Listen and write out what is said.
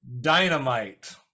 Dynamite